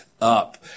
up